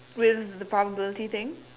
will the probability thing